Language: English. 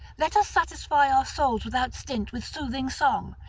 let us satisfy our souls without stint with soothing song,